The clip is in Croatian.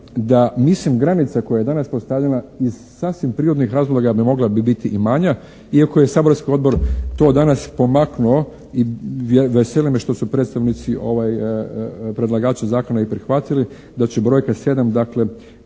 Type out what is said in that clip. da mislim granice koja je danas postavljena iz sasvim prirodnih razloga bi mogla bi biti i manja. Iako je saborski odbor to danas pomaknuo i vesele me što su predstavnici, predlagači zakona i prihvatili da će brojka 7 dakle